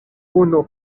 puno